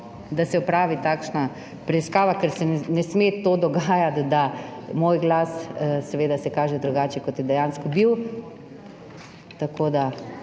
da se opravi takšna preiskava, ker se ne sme dogajati to, da se moj glas seveda kaže drugače, kot je dejansko bil. Toliko.